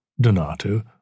Donato